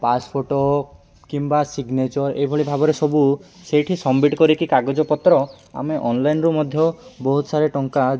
pass photo କିମ୍ବା signature ଏହିଭଳି ଭାବରେ ସବୁ ସେଇଠି ସବମିଟ୍ କରିକି କାଗଜପତ୍ର ଆମେ ଅନଲାଇନ୍ରୁୁ ମଧ୍ୟ ବହୁତ ସାର ଟଙ୍କା